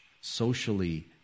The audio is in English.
socially